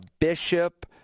bishop